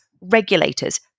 regulators